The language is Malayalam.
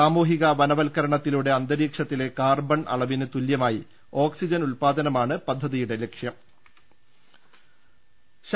സാമൂഹിക വനവത്കരണത്തിലൂടെ അന്തരീക്ഷ ത്തിലെ കാർബൺ അളവിന് തുല്യമായി ഓക്സിജൻ ഉത്പാദനമാണ് പദ്ധതി ലക്ഷ്യമിടുന്നത്